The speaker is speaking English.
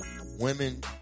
Women